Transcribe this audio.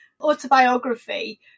autobiography